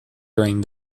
during